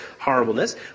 horribleness